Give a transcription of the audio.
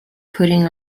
putting